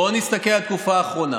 בוא נסתכל על התקופה האחרונה.